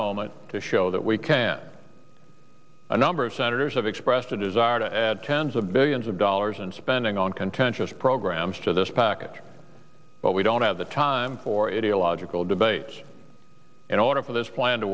moment to show that we can a number of senators have expressed a desire to add tens of billions of dollars in spending on contentious programs to this package but we don't have the time for it illogical debates in order for this plan to